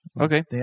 Okay